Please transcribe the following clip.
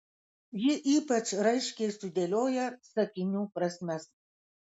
ji ypač raiškiai sudėlioja sakinių prasmes